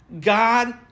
God